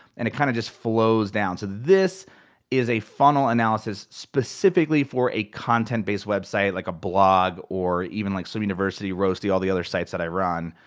and it kind of just flows down. so this is a funnel analysis specifically for a content-based website like a blog, or even like swim university rolls through all the other sites that i run.